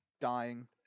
dying